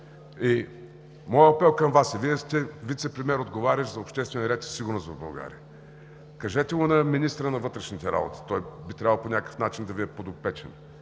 Моят апел към Вас е – Вие сте вицепремиер, отговарящ за обществения ред и сигурността в България: кажете на министъра на вътрешните работи – той би трябвало по някакъв начин да Ви е подопечен